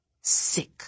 Sick